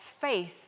faith